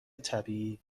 طبیعی